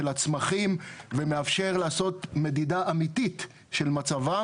של הצמחים ומאפשר לעשות מדידה אמיתית של מצבם